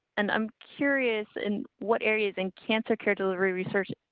and i'm curious and what areas? and cancer care delivery research.